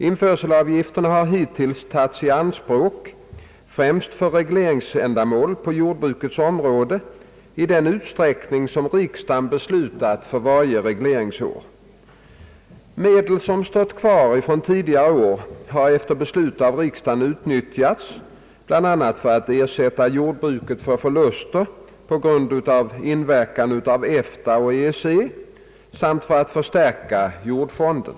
Införselavgifterna har hittills tagits i anspråk främst för regleringsändamål på jordbrukets område i den utsträckning som riksdagen beslutat för varje regleringsår. Medel som stått kvar från tidigare år har efter beslut av riksdagen utnyttjats bl.a. för att ersätta jordbruket för förluster på grund av inverkan av EFTA och EEC samt för att förstärka jordfonden.